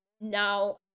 now